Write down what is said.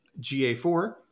GA4